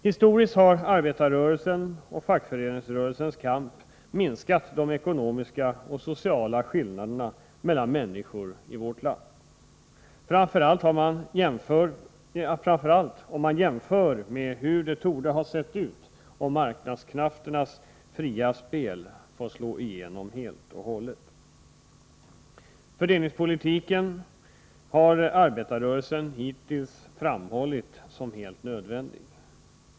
Historiskt har arbetarrörelsens och fackföreningsrörelsens kamp minskat de ekonomiska och sociala skillnaderna mellan människor i vårt land — framför allt om man jämför med hur det torde ha sett ut om marknadskrafternas fria spel fått slå igenom helt. Fördelningspolitiken har arbetarrörelsen hittills framhållit som helt nödvändig.